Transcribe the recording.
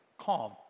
calm